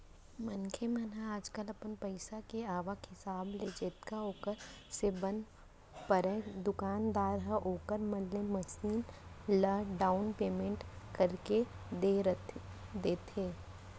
मनसे मन ह आजकल अपन पइसा के आवक हिसाब ले जतका ओखर से बन परय दुकानदार ह ओखर मन ले मसीन ल डाउन पैमेंट करके दे देथे